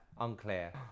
Unclear